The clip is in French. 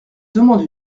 demande